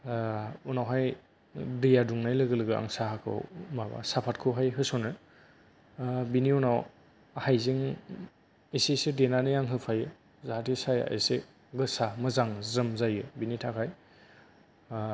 उनावहाय दैया दुंनाय लोगो लोगो आङो साहाखौ माबा साफादखौहाय होस'नो बेनि उनाव हाइजें इसे इसे देनानै आं होफायो जाहाथे साहाया इसे गोसा मोजां ज्रोम जायो बेनि थाखाय